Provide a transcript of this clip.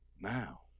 now